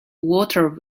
water